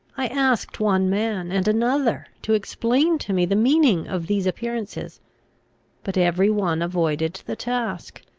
i asked one man and another to explain to me the meaning of these appearances but every one avoided the task,